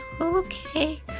Okay